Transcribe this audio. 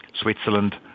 switzerland